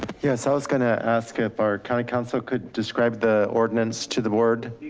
yes i was going to ask if our county counsel could describe the ordinance to the board.